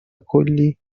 کلی